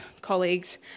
colleagues